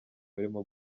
barimo